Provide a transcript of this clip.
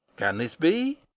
can this be?